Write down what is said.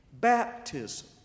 Baptism